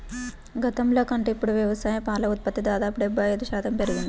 గతంలో కంటే ఇప్పుడు వ్యవసాయ పాల ఉత్పత్తి దాదాపు డెబ్బై ఐదు శాతం పెరిగింది